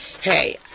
hey